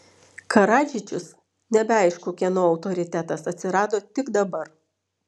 karadžičius nebeaišku kieno autoritetas atsirado tik dabar